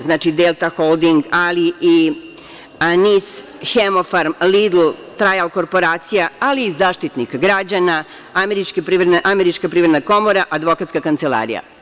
Znači, „Delta holding“, ali i NIS, „Hemofarm“, „Lidl“, „Trajal korporacija“, ali i Zaštitnik građana, Američka privredna komora, advokatska kancelarija.